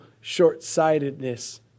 short-sightedness